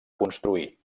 construir